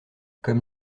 comme